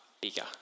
bigger